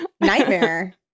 nightmare